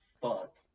fuck